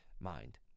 mind